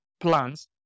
plans